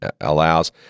allows